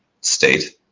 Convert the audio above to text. state